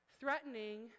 threatening